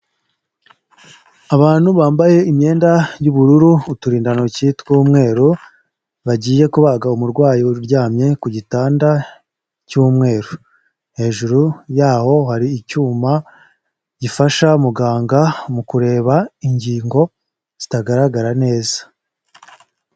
Abantu bambaye imyenda y'ubururu, uturindantoki tw'umweru, bagiye kubaga umurwayi uryamye ku gitanda cy'umweru, hejuru y'aho hari icyuma gifasha muganga mu kureba ingingo zitagaragara neza.